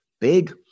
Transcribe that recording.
big